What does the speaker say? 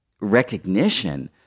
recognition